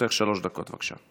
לרשותך שלוש דקות, בבקשה.